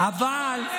מי,